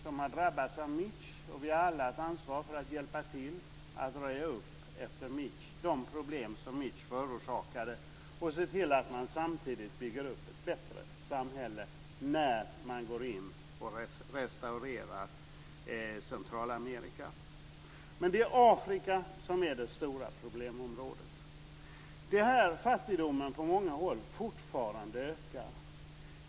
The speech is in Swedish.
De har drabbats av Mitch, och vi har alla ett ansvar för att hjälpa till att röja upp och lösa de problem som Mitch förorsakade och se till att man samtidigt bygger upp ett bättre samhälle när man går in och restaurerar Men det är Afrika som är det stora problemområdet. Det är här fattigdomen fortfarande ökar på många håll.